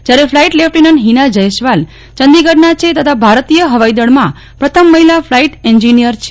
જ્યારે flight lieutenant Hina Jaiswal ચંદીગઢના છે તથા ભારતીય હવાઈદળમાં પ્રથમ મહિલા ફલાઈટ એન્જિનિયર છે